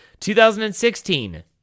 2016